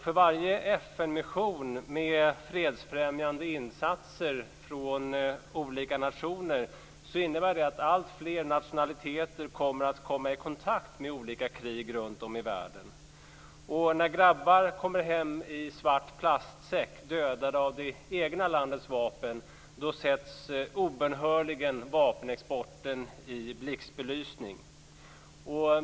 För varje FN mission med fredsfrämjande insatser från olika nationer innebär det att alltfler nationaliteter kommer att komma i kontakt med olika krig runt om i världen. När grabbar kommer hem i svart plastsäck, dödade av det egna landets vapen, sätts obönhörligen vapenexporten i blixtbelysning.